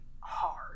hard